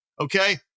okay